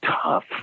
tough